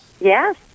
Yes